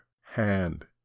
hand